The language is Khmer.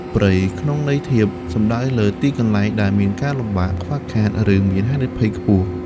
«ព្រៃ» ក្នុងន័យធៀប សំដៅលើទីកន្លែងដែលមានការលំបាក ខ្វះខាត ឬមានហានិភ័យខ្ពស់។